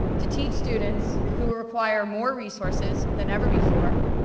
to teach students who will require more resources than ever before,